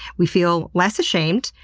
we feel less ashamed,